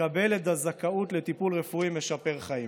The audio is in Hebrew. לקבל את הזכאות לטיפול רפואי משפר חיים.